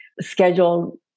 Scheduled